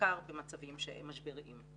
בעיקר במצבים שהם משבריים.